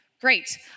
great